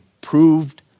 proved